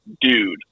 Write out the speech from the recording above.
dude